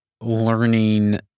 learning